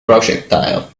projectile